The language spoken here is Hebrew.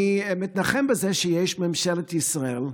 אני מתנחם בזה שיש ממשלת ישראל חדשה,